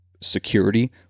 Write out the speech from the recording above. security